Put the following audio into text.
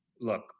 look